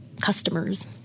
customers